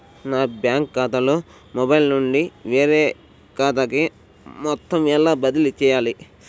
నా బ్యాంక్ ఖాతాలో మొబైల్ నుండి వేరే ఖాతాకి మొత్తం ఎలా బదిలీ చేయాలి?